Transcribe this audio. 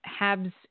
habs